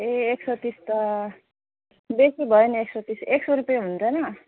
ए एक सय तिस त बेसी भयो नि एक सय तिस एक सय रुपियाँ हुँदैन